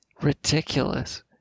ridiculous